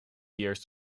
years